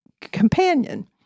companion